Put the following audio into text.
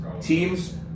team's